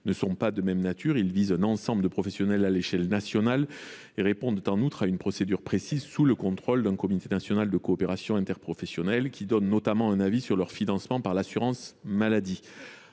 ne sont pas de même nature. Ils visent un ensemble de professionnels à l’échelle nationale et répondent, en outre, à une procédure précise sous le contrôle d’un comité national de coopération interprofessionnelle qui donne notamment un avis sur leur financement par l’assurance maladie.